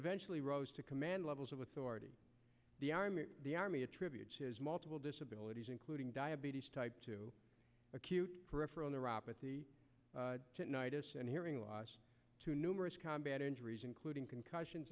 eventually rose to command levels of authority army attributes his multiple disabilities including diabetes type two acute peripheral neuropathy and hearing loss to numerous combat injuries including concussions